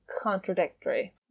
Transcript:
contradictory